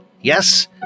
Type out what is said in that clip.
Yes